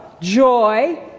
joy